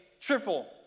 triple